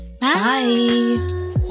Bye